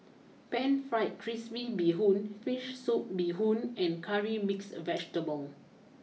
Pan Fried Crispy Bee Hoon Fish Soup Bee Hoon and Curry Mixed Vegetable